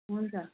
हुन्छ